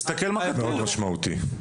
זה משמעותי מאוד.